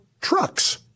trucks